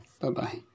Bye-bye